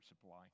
supply